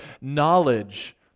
Knowledge